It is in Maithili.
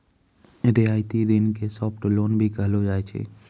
रियायती ऋण के सॉफ्ट लोन भी कहलो जाय छै